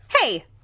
Hey